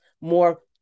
more